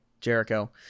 Jericho